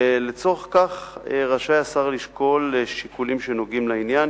לצורך זה רשאי השר לשקול שיקולים שנוגעים לעניין,